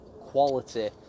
quality